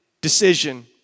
decision